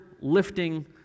lifting